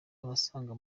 abasaga